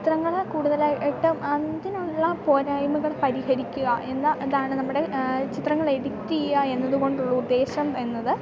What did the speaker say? ചിത്രങ്ങൾ കൂടുതലായിട്ടും അതിനുള്ള പോരായ്മകൾ പരിഹരിക്കുക എന്നതാണ് നമ്മുടെ ചിത്രങ്ങളെ എഡിറ്റ് ചെയ്യുക എന്നതു കൊണ്ടുള്ള ഉദ്ദേശം എന്നത്